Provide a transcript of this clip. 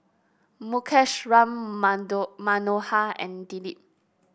Mukesh Ram Manto Manohar and Dilip